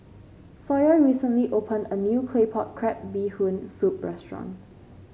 Sawyer recently opened a new Claypot Crab Bee Hoon Soup restaurant